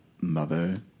mother